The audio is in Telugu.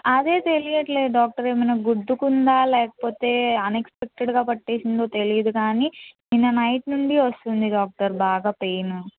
అదే తెలియట్లేదు డాక్టర్ ఏమన్నా గుద్దుకుందా లేకపోతే అన్ఎక్స్పెక్టడ్గా పట్టేసిందో తెలీదు కానీ నిన్న నైట్ నుండి వస్తుంది డాక్టర్ బాగా పెయిన్